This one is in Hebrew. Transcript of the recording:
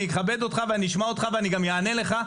אני אכבד אותך ואני אשמע אותך ואני גם אענה לך,